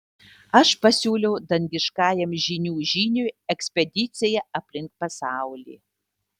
aš pasiūliau dangiškajam žynių žyniui ekspediciją aplink pasaulį